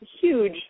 huge